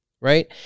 right